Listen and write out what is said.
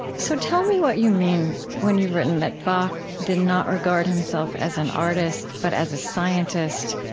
so tell me what you mean, when you've written that bach did not regard himself as an artist, but as a scientist,